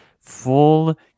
full